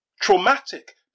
traumatic